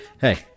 hey